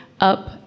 up